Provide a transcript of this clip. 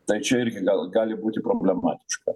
tai čia irgi gal gali būti problematiška